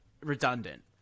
redundant